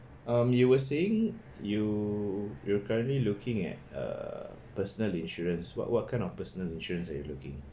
um you were saying you you're currently looking at err personal insurance what what kind of personal insurance are you looking